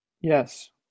Yes